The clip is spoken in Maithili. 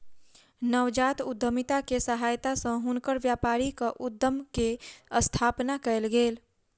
नवजात उद्यमिता के सहायता सॅ हुनकर व्यापारिक उद्यम के स्थापना कयल गेल